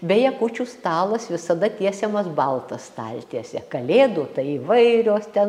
beje kūčių stalas visada tiesiamas balta staltiese kalėdų tai įvairios ten